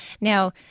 Now